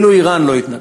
אפילו איראן לא התנגדה.